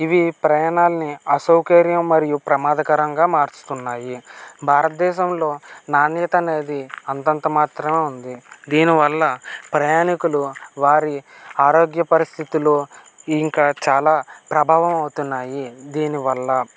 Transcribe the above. ఇవి ప్రయాణాన్ని అసౌకర్యం మరియు ప్రమాదకరంగా మారుస్తున్నాయి భారతదేశంలో నాణ్యత అనేది అంతంత మాత్రమే ఉంది దీనివల్ల ప్రయాణికులు వారి ఆరోగ్య పరిస్థితులు ఇంకా చాలా ప్రభావం అవుతున్నాయి దీని వల్ల